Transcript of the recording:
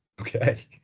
Okay